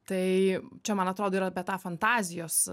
tai čia man atrodo yra apie tą fantazijos